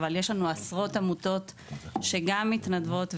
אבל יש לנו עשרות עמותות שגם מתנדבות,